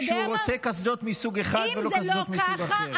שהוא רוצה קסדות מסוג אחד ולא קסדות מסוג אחר.